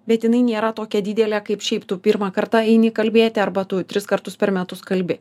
bet jinai nėra tokia didelė kaip šiaip tu pirmą kartą eini kalbėti arba tu tris kartus per metus kalbi